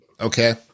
Okay